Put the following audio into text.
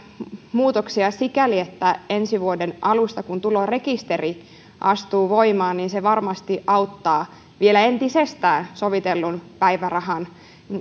muutoksia sikäli että ensi vuoden alusta kun tulorekisteri astuu voimaan se varmasti auttaa vielä entisestään sovitellun päivärahan